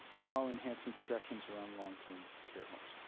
while enhancing protections around long-term care homes?